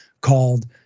called